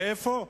ואיפה?